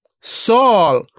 Saul